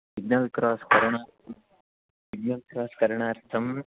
signal cross करणार्त signal cross करणार्थं